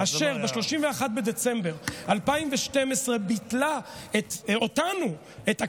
אשר ב-31 בדצמבר 2012 ביטלה אותנו, את הכנסת,